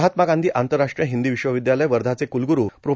महात्मा गांधी आंतरराष्ट्रीय हिंदी विश्वविद्यालय वर्धा चे कुलगुरू प्रो